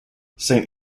saint